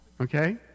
Okay